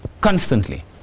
constantly